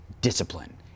discipline